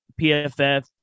PFF